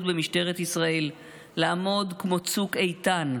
במשטרת ישראל לעמוד כמו צוק איתן,